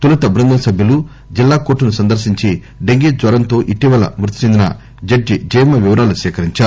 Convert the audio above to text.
తొలుత బృందం సభ్యులు జిల్లా కోర్టు ను సందర్నించి డెంగీ జ్వరంతో ఇటీవల మృతిచెందిన జడ్జి జయమ్మ వివరాలు సేకరించారు